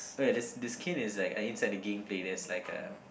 okay the the skin is like uh inside the game play there's like a